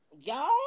Y'all